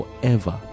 forever